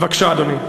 בבקשה, אדוני.